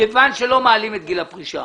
מכיוון שלא מעלים את גיל הפרישה